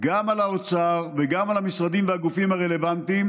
גם על האוצר וגם על המשרדים והגופים הרלוונטיים,